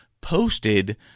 posted